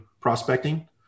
prospecting